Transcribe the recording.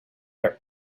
their